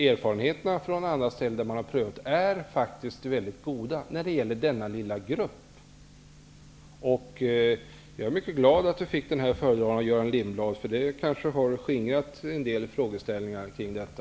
Erfarenheterna från andra ställen där man har prövat det här är faktiskt väldigt goda, när det gäller denna lilla grupp. Jag är mycket glad att jag fick den här föredragningen av Göran Lindblad. Den har kanske skingrat en del frågeställningar kring detta.